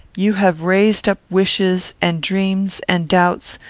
you have raised up wishes, and dreams, and doubts,